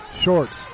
Shorts